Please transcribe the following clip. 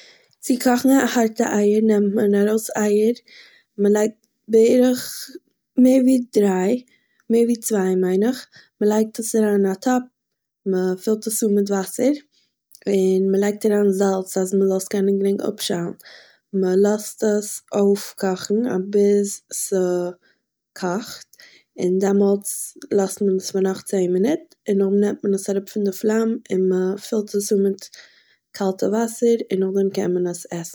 צו קאכן הארטע אייער נעם ארויס אייער, מען לייגט בערך מער ווי דריי- מער ווי צוויי מיין איך, מען לייגט עס אריין אין א טאפ, מ'פילט עס אן מיט וואסער, און מ'לייגט אריין זאלץ אז מ'זאל עס קענען גרינג אפשיילן, מען לאזט עס אויפקאכן ביז ס'קאכט, און דעמאלטס לאזט מען עס פאר נאך צען מינוט און נאכדעם נעמט מען עס אראפ פון די פלאם און מ'פילט עס אן מיט קאלטע וואסער און נאכדעם קען מען עס עסן